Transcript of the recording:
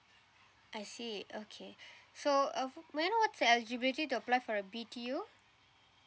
I see okay so uh may I know what's the eligibility to apply for a B_T_O